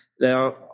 Now